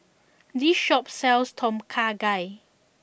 this shop sells Tom Kha Gai